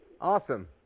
Awesome